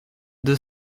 deux